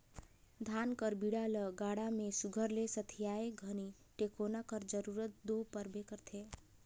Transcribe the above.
धान कर बीड़ा ल गाड़ा मे सुग्घर ले सथियाए घनी टेकोना कर जरूरत दो परबे करथे